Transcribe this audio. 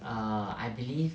uh I believe